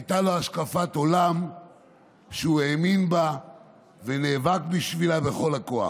הייתה לו השקפת עולם שהוא האמין בה ונאבק בשבילה בכל הכוח,